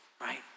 right